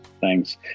Thanks